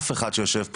אף אחד שיושב פה.